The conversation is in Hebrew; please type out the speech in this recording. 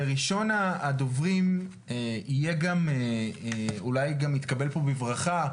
וראשון הדוברים אולי גם יתקבל פה בברכה,